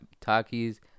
Takis